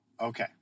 okay